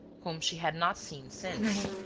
whom she had not seen since.